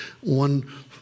One